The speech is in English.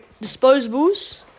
disposables